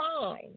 fine